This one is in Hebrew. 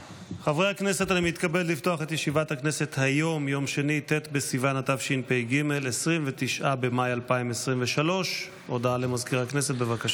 ט' י"א בסיוון התשפ"ג / 29 31 במאי 2023 / 27 חוברת כ"ז